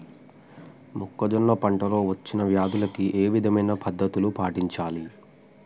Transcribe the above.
మొక్కజొన్న పంట లో వచ్చిన వ్యాధులకి ఏ విధమైన పద్ధతులు పాటించాలి?